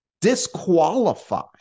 disqualify